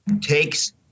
takes